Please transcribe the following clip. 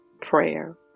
prayer